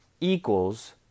equals